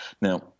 Now